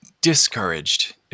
discouraged